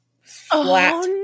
flat